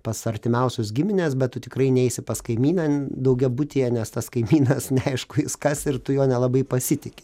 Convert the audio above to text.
pas artimiausius gimines bet tu tikrai neisi pas kaimyną daugiabutyje nes tas kaimynas neaišku kas ir tu juo nelabai pasitiki